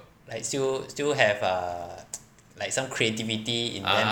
like still still have err some creativity in them